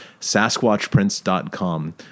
SasquatchPrince.com